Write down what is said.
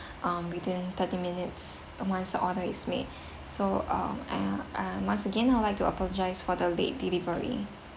um within thirty minutes and once the order is made so uh uh uh once again I'd like to apologize for the late delivery